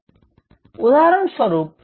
তো উদাহরণস্বরুপ